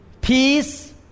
peace